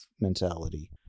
mentality